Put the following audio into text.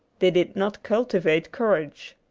they did not cultivate courage.